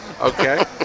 Okay